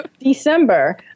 december